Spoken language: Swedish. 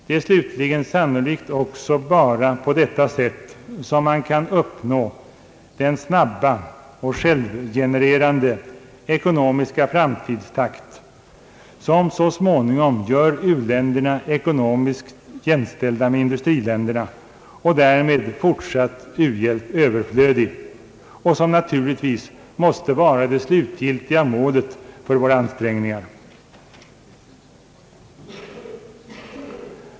Det är slutligen sannolikt bara på detta sätt som man kan uppnå den snabba och självgenererande ekonomiska framstegstakt som så småningom gör u-länderna ekonomiskt jämställda med industriländerna och därmed gör fortsatt u-hjälp överflödig — vilket naturligtvis måste vara det slutgiltiga målet för våra ansträngningar.